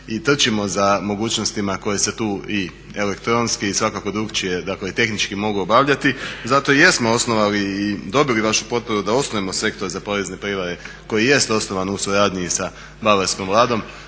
i trčimo za mogućnostima koje se tu i elektronski i svakako drukčije, dakle tehnički mogu obavljati zato i jesmo osnovali i dobili vašu potporu da osnujemo sektor za porezne prijevare koji jest osnovan u suradnji i sa Bavarskom vladom